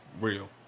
real